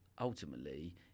ultimately